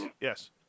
Yes